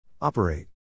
Operate